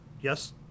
yes